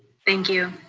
thank you.